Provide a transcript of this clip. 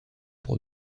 pour